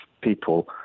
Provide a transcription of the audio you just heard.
people